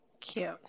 cute